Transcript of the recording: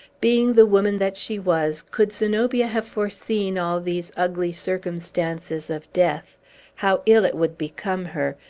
being the woman that she was, could zenobia have foreseen all these ugly circumstances of death how ill it would become her,